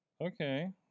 Okay